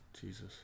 Jesus